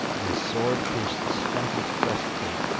and his sword pierced the stoutest breast-plate,